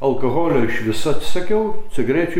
alkoholio iš viso atsisakiau cigarėčių